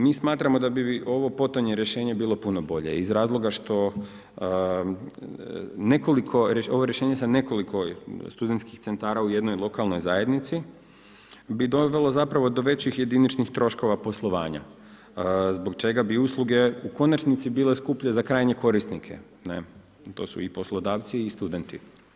Mi smatramo da bi ovo potonje rješenje bilo puno bolje iz razloga što nekoliko ovo rješenje sa nekoliko studentskih centara u jednoj lokalnoj zajednici bi dovelo do većih jediničnih troškova poslovanja, zbog čega bi usluge u konačnici bile skuplje za krajnje korisnike, to su poslodavci i studenti.